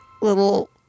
little